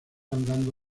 andando